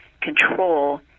control